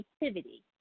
creativity